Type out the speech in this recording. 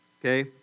Okay